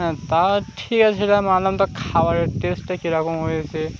হ্যাঁ তা ঠিক আছে দাম আলাম তো খাবারের টেস্টটা কীরকম হয়েছে